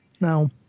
now